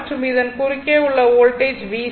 மற்றும் இதன் குறுக்கே உள்ள வோல்டேஜ் VC